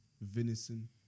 venison